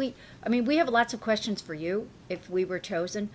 survey i mean we have lots of questions for you if we were chosen